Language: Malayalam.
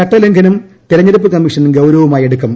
ചട്ട ലംഘനം തിരഞ്ഞെടുപ്പ് കമ്മീഷൻ ഗൌരവമായെടുക്കും